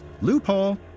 Loophole